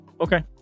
Okay